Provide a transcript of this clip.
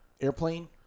airplane